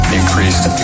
increased